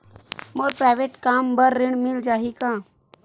मोर private कम बर ऋण मिल जाही का?